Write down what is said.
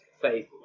faith